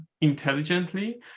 intelligently